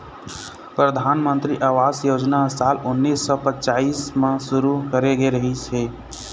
परधानमंतरी आवास योजना ह साल उन्नीस सौ पच्चाइस म शुरू करे गे रिहिस हे